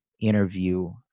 interview